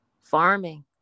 farming